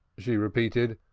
she repeated,